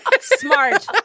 Smart